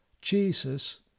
Jesus